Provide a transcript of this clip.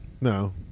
No